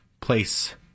place